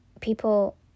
people